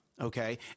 okay